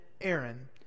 Aaron